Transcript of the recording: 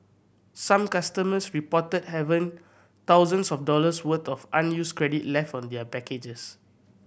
some customers reported have an thousands of dollars worth of unused credit left on their packages